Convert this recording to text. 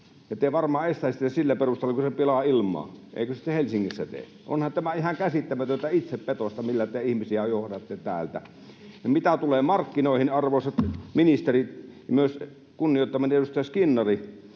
Ja te varmaan estäisitte sen sillä perusteella, kun se pilaa ilmaa. Eikö se sitä sitten Helsingissä tee? Onhan tämä ihan käsittämätöntä itsepetosta, millä te ihmisiä johdatte täältä. Ja mitä tulee markkinoihin, arvoisat ministerit, myös kunnioittamani edustaja Skinnari,